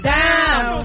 down